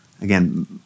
again